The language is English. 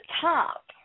top